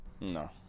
No